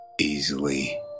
easily